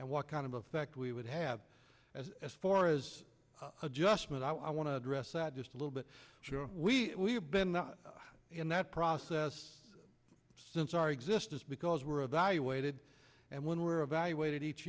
and what kind of effect we would have as far as adjustment i want to address that just a little bit sure we have been in that process since our existence because we're evaluated and when we're evaluated each